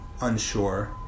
Unsure